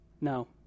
No